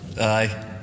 aye